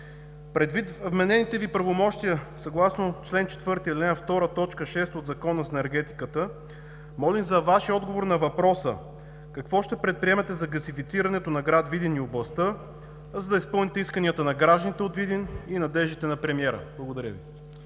предвид и вменените Ви правомощия съгласно чл. 4, ал. 2, т. 6 от Закона за енергетиката, моля за Вашия отговор на въпроса: какво ще предприемете за газифицирането на град Видин и областта, за да изпълните исканията на гражданите от Видин и надеждите на премиера? Благодаря Ви.